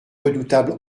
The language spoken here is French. redoutable